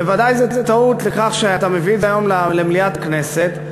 ובוודאי זו טעות בכך שאתה מביא את זה היום למליאת הכנסת,